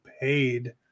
paid